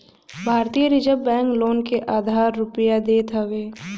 भारतीय reserve bank लोगन के उधार रुपिया देत हवे